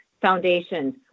foundations